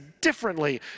differently